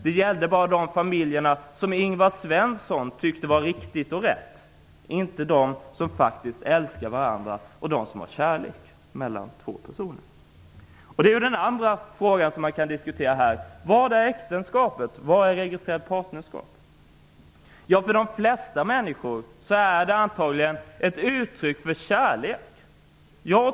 Det gällde bara de familjer där Ingvar Svensson tyckte att det var riktigt och rätt och inte dem som faktiskt älskar varandra och där det finns kärlek mellan två personer. Det är den andra frågan som vi kan diskutera här. Vad är äktenskapet? Vad är registrerat partnerskap? För de flesta människor är det antagligen ett uttryck för kärlek.